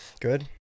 Good